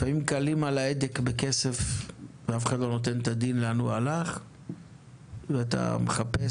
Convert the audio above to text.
לפעמים קלים על ההדק בכסף ואף אחד לא נותן את הדין על לאן הוא הלך.